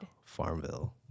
Farmville